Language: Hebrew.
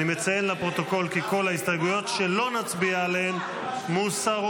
אני מציין לפרוטוקול כי כל ההסתייגויות שלא נצביע עליהן מוסרות.